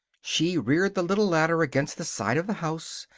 she reared the little ladder against the side of the house,